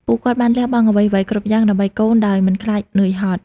ពួកគាត់បានលះបង់អ្វីៗគ្រប់យ៉ាង ដើម្បីកូនដោយមិនខ្លាចនឿយហត់។